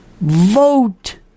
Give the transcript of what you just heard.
Vote